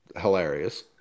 hilarious